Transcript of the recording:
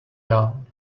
down